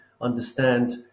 understand